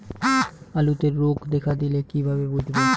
আলুতে রোগ দেখা দিলে কিভাবে বুঝবো?